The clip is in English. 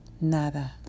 nada